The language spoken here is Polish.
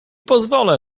pozwolę